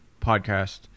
podcast